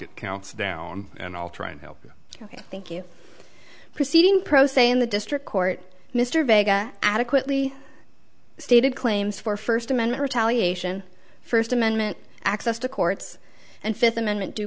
that counts down and i'll try to help ok thank you proceeding pro se in the district court mr vega adequately stated claims for first amendment retaliation first amendment access to courts and fifth amendment due